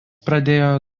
pradėjo